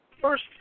first